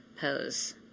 pose